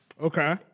Okay